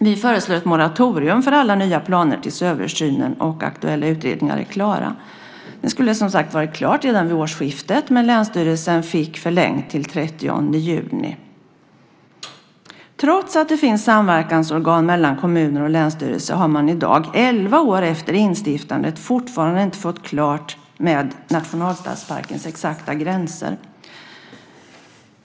Vi föreslår ett moratorium för alla nya planer tills översynen och aktuella utredningar är klara. Det skulle, som sagt, ha varit klart redan vid årsskiftet. Men länsstyrelsen fick förlängt till den 30 juni. Trots att det finns samverkansorgan mellan kommuner och länsstyrelse har man ännu inte, elva år efter instiftandet, fått klart med nationalstadsparkens exakta gränser.